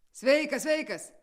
sveikas sveikas